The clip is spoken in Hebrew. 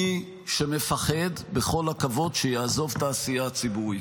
מי שמפחד, בכל הכבוד, שיעזוב את העשייה הציבורית.